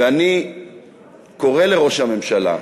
ואני קורא לראש הממשלה,